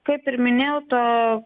kaip ir minėjau to